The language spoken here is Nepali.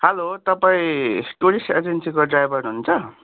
हेलो तपाईँ टुरिस्ट एजेन्सीको ड्राइभर हुनुहुन्छ